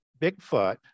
Bigfoot